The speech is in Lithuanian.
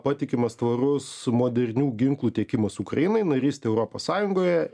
patikimas tvarus modernių ginklų tiekimas ukrainai narystė europos sąjungoje